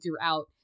throughout